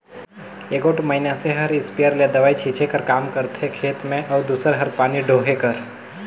एगोट मइनसे हर इस्पेयर ले दवई छींचे कर काम करथे खेत में अउ दूसर हर पानी डोहे कर